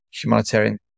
Humanitarian